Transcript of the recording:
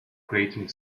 creating